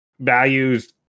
values